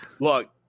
look